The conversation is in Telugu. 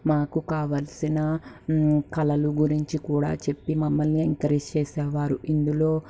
మాకు కావాల్సిన కళలు గురించి కూడా చెప్పి మమ్మల్ని ఎంకరేజ్ చేసేవారు ఇందులో